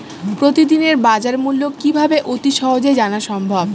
প্রতিদিনের বাজারমূল্য কিভাবে অতি সহজেই জানা সম্ভব?